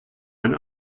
ein